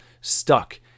stuck